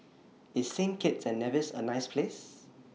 IS Saint Kitts and Nevis A nice Place